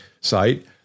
site